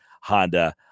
Honda